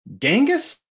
Genghis